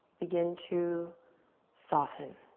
begin to soften.